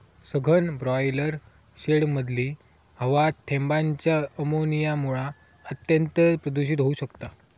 सघन ब्रॉयलर शेडमधली हवा थेंबांच्या अमोनियामुळा अत्यंत प्रदुषित होउ शकता